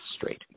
straight